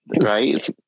right